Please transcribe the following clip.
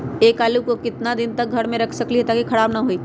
हम आलु को कितना दिन तक घर मे रख सकली ह ताकि खराब न होई?